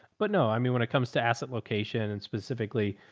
but no, i mean, when it comes to asset location and specifically,